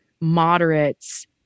moderates